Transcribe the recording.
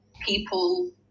people